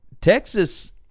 Texas